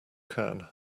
can